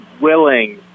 willing